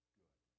good